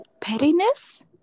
Pettiness